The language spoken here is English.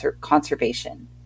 conservation